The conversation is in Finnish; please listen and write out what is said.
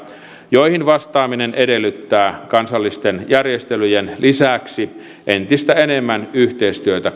joihin vastaaminen edellyttää kansallisten järjestelyjen lisäksi entistä enemmän yhteistyötä